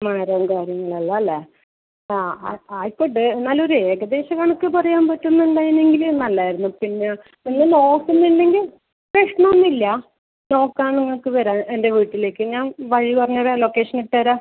മാരേൻ്റെ കാര്യങ്ങളെല്ലം അല്ലേ ആ ആയിക്കോട്ടെ എന്നാലും ഒരു ഏകദേശം കണക്ക് പറയാൻ പറ്റൂന്നുണ്ടായിനെങ്കിൽ നല്ലതായിരുന്നു പിന്നെ പിന്നെ നോക്കുന്നുണ്ടെങ്കിൽ പ്രശ്നമൊന്നുമില്ല നോക്കാൻ നിങ്ങൾക്ക് വരാം എൻ്റെ വീട്ടിലേക്ക് ഞാൻ വഴി പറഞ്ഞ് തരാം ലൊക്കേഷൻ ഇട്ട് തരാം